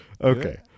Okay